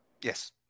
Yes